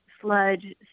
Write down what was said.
sludge